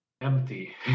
empty